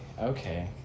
okay